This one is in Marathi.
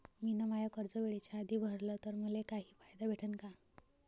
मिन माय कर्ज वेळेच्या आधी भरल तर मले काही फायदा भेटन का?